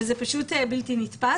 וזה בלתי נתפס.